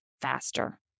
faster